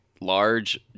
large